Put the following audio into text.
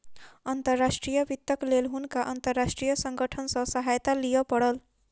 अंतर्राष्ट्रीय वित्तक लेल हुनका अंतर्राष्ट्रीय संगठन सॅ सहायता लिअ पड़ल